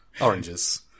oranges